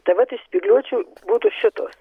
tai vat iš spygliuočių būtų šitos